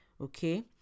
Okay